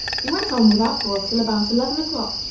he went on without pause till about eleven o'clock,